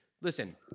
Listen